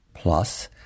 plus